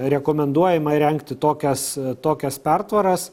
rekomenduojama įrengti tokias tokias pertvaras